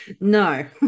No